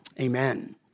Amen